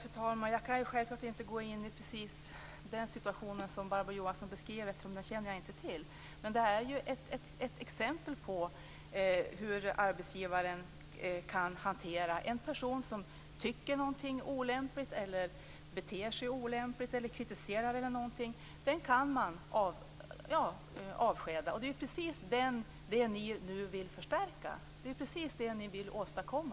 Fru talman! Jag kan självklart inte gå in på just den situation som Barbro Johansson beskriver eftersom jag inte känner till den. Men det här är ett exempel på hur arbetsgivaren kan hantera en person som tycker något olämpligt, beter sig olämpligt, kritiserar e.d. Den personen kan man avskeda. Det är precis vad ni nu vill förstärka - det är ju precis vad ni nu vill åstadkomma.